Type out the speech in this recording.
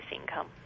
income